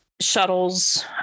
shuttles